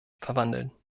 verwandeln